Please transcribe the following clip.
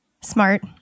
Smart